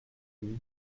lui